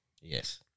Yes